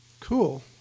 Cool